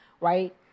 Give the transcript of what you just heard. right